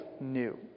new